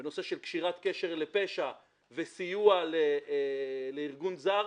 בנושא של קשירת קשר לפשע וסיוע לארגון זר,